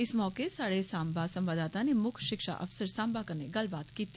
इस मौके स्हाढ़े साम्बा संवाददाता नै मुक्श शिक्षा अफसर साम्बा कन्नै गल्लबात कीती